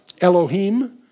Elohim